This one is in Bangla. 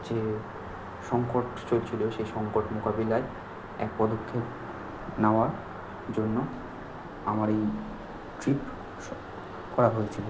যে সংকট চলছিলো সে সংকট মোকাবিলায় এক পদক্ষেপ নাওয়ার জন্য আমার এই ট্রিপ করা হয়েছিলো